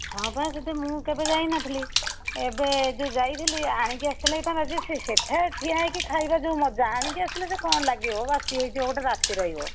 ହଁ ବା ସେଇଟି ମୁଁ କେବେ ଯାଇନଥିଲି ଏବେ ଯେଉଁ ଯାଇଥିଲି ଆଣିକି ଆସିଥିଲେ ହେଇଥାନ୍ତା ଯେ ସେ ସେଠାରେ ଠିଆ ହେଇକି ଖାଇବା ଯେଉଁ ମଜା ଆଣିକି ଆସିଲେ ସେ କ'ଣ ଲାଗିବ ବାସି ହେଇଯିବ ଗୋଟେ ରାତି ରହିବ